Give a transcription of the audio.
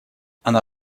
она